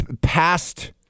past